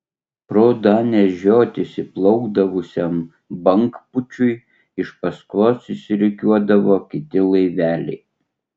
pro danės žiotis įplaukdavusiam bangpūčiui iš paskos išsirikiuodavo kiti laiveliai